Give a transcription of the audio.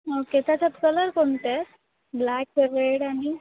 okay त्याच्यात colour कोणते आहेत ब्लॅक रेड आणि